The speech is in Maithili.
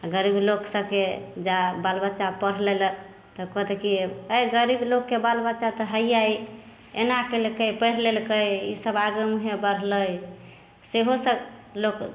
आओर गरीब लोकसभके जा बाल बच्चा पढ़ि लेलक तऽ कहतै कि एहि गरीब लोकके बाल बच्चा तऽ हैए एना केलकै पढ़ि लेलकै ईसब आगे मुँहे बढ़लै सेहो सब लोक